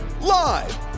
Live